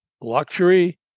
luxury